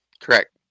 Correct